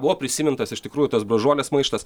buvo prisimintas iš tikrųjų tas bražuolės maištas